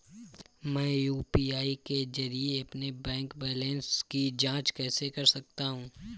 मैं यू.पी.आई के जरिए अपने बैंक बैलेंस की जाँच कैसे कर सकता हूँ?